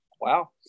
Wow